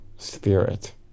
Spirit